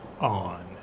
on